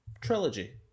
trilogy